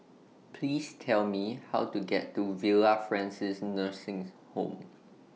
Please Tell Me How to get to Villa Francis Nursing Home